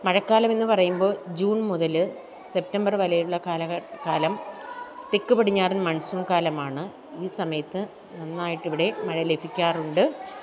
മഴക്കാലമെന്ന് പറയുമ്പോൾ ജൂൺ മുതൽ സെപ്റ്റംബർ വരെയുള്ള കാലഘട്ടം കാലം തെക്കുപടിഞ്ഞാറൻ മൺസൂൺ കാലമാണ് ഈ സമയത്ത് നന്നായിട്ടിവിടെ മഴ ലഭിക്കാറുണ്ട്